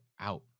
out